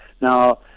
Now